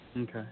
Okay